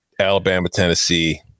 Alabama-Tennessee-